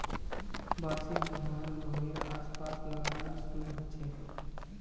बांसशेर झाड़ घरेड आस पास लगाना शुभ ह छे